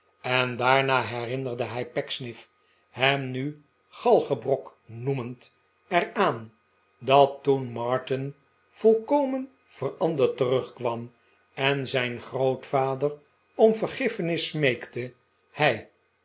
en daarna herinnerde hij pecksniff hem nu galgebrok no emend er aan dat toen martin volkomen veranderd terugkwam en zijn grootvader om vergiffenis smeekte hij